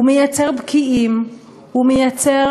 הוא יוצר